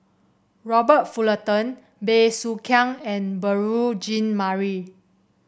Robert Fullerton Bey Soo Khiang and Beurel Jean Marie